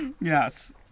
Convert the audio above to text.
Yes